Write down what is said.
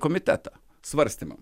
komitetą svarstymam